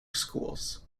schools